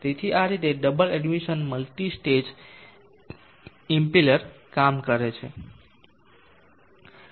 તેથી આ રીતે double admission multi stage impeller કામ કરે છે